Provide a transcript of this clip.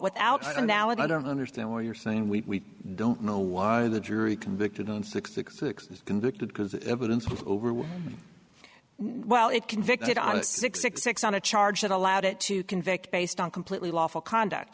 without an alibi i don't understand what you're saying we don't know why the jury convicted on six six six is convicted because evidence was over with well it convicted on a six six six on a charge that allowed it to convict based on completely lawful conduct